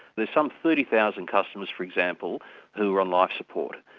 there's some thirty thousand customers for example who are on life support.